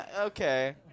okay